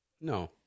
No